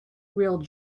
real